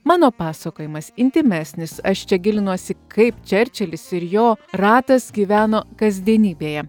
mano pasakojimas intymesnis aš čia gilinuosi kaip čerčilis ir jo ratas gyveno kasdienybėje